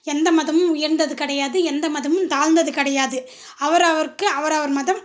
எந்த மதமும் உயர்ந்தது கிடையாது எந்த மதமும் தாழ்ந்தது கிடையாது அவர் அவருக்கு அவர் அவர் மதம்